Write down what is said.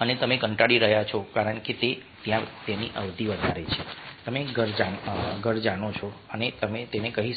અને તમે કંટાળી રહ્યા છો કારણ કે તે ત્યાં તેની અવધિ વધારે છે તમે ઘર જાણો છો અને તમે તેને કહી શકતા નથી